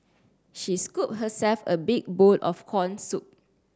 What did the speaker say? she scooped herself a big bowl of corn soup